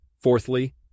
Fourthly